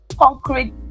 concrete